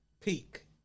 peak